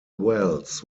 wells